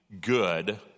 good